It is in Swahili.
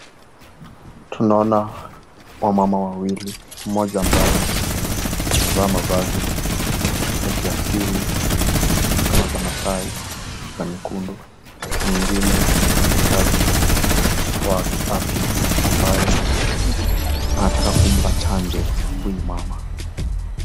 Tunaona kina mama wawili, mmoja ambaye amevaa mavazi za kiasili ya kimasaai ya nyekundu na mwingine ni mfanyikazi wa afya ambaye anataka kumpa chanjo huyu mama.